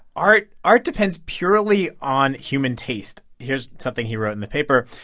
art art depends purely on human taste. here's something he wrote in the paper.